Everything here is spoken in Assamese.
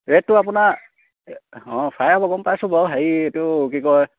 ৰেটটো আপোনাৰ অঁ ফ্ৰাই হ'ব গম পাইছোঁ বাৰু হেৰি এইটো কি কয়